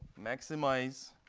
maximize